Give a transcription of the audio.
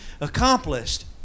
accomplished